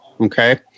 okay